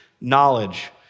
knowledge